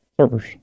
Servers